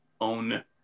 own